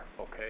okay